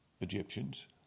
Egyptians